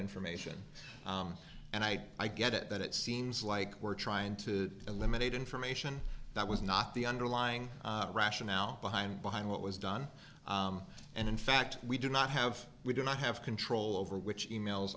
information and i i get it that it seems like we're trying to eliminate information that was not the underlying rationale behind behind what was done and in fact we do not have we do not have control over which e mails